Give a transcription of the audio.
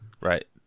Right